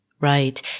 Right